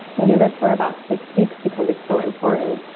we do this for about six weeks because it's so important.